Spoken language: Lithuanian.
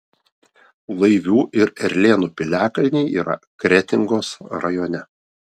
laivių ir erlėnų piliakalniai yra kretingos rajone